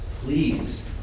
please